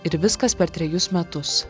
ir viskas per trejus metus